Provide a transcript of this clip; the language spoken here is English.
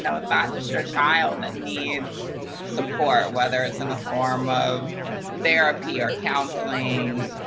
and it's not just your child that needs support, whether it's in the form of therapy, or counseling,